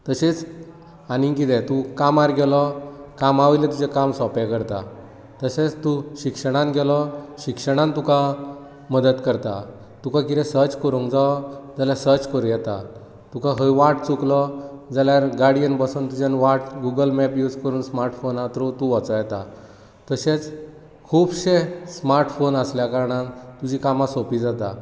तशेंच आनीक कितें तूं कामार गेलो कामा वयलें तुजें काम सोंपें करता तशेंच तूं शिक्षणांत गेलो जाल्यार शिक्षणांत तुका मदत करता तुका कितें सर्च करूंक जावो जाल्यार तुका सर्च करूं येता तुका खंय वाट चुकलो जाल्यार गाडयेन बसून तुजी वाट गूगल मॅप युज करून स्मार्टफोना थ्रू वचूंक येता तशेच खूबशे स्मार्टफोन आसल्या कारणान तुजी कामां सोंपी जातात